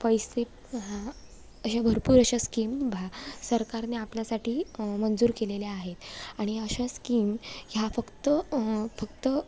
पैसे हा अशा भरपूर अशा स्कीम भा सरकारने आपल्यासाठी मंजूर केलेल्या आहेत आणि अशा स्कीम ह्या फक्त फक्त